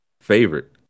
favorite